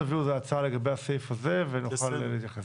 תביאו איזו הצעה לגבי הסעיף הזה ונוכל להתייחס,